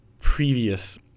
previous